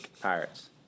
Pirates